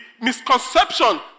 misconception